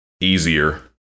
easier